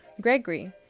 Gregory